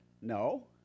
No